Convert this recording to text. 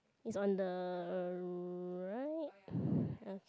is on the r~ right okay